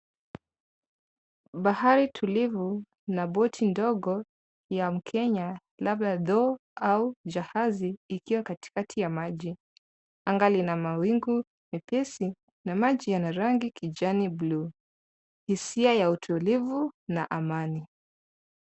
Bahari tulivu na boti ndogo ya mkenya, labda dhow au au jahazi, ikiwa katikati ya maji. Anga lina mawingu mepesi na maji yana rangi kijani buluu, hisia ya utulivu na amani.